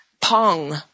Pong